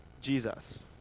Jesus